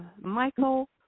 Michael